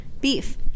beef